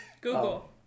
Google